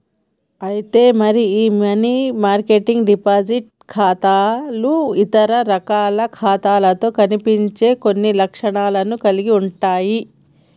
అయితే మరి ఈ మనీ మార్కెట్ డిపాజిట్ ఖాతాలు ఇతర రకాల ఖాతాలతో కనిపించని కొన్ని లక్షణాలను కలిగి ఉంటాయి